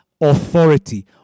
authority